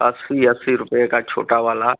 अस्सी अस्सी रूपए का छोटा वाला